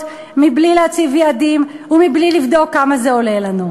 מבלי להציב יעדים ומבלי לבדוק כמה זה עולה לנו.